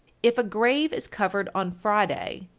if a grave is covered on friday,